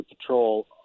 Patrol